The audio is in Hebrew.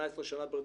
18 שנה ברציפות,